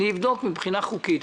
אני אבדוק מבחינה חוקית.